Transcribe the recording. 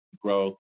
growth